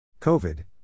COVID